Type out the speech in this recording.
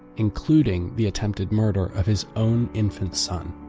including the attempted murder of his own infant son.